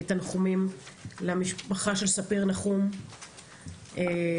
תנחומים למשפחה של ספיר נחום שלצערנו